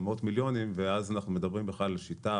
מאות מיליונים ואז אנחנו מדברים בכלל על שיטה